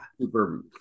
super